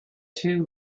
two